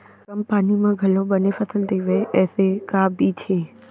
कम पानी मा घलव बने फसल देवय ऐसे का बीज हे?